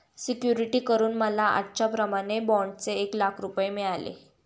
security करून मला आजच्याप्रमाणे बाँडचे एक लाख रुपये मिळाले